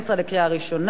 בקריאה ראשונה.